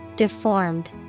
Deformed